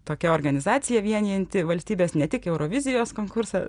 tokia organizacija vienijanti valstybes ne tik eurovizijos konkursą